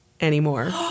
anymore